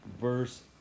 verse